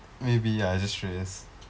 maybe ya just shreyas